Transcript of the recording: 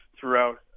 throughout